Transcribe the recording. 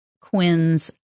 Quinn's